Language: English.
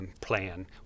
plan